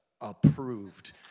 approved